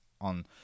on